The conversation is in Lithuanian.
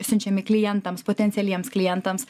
siunčiami klientams potencialiems klientams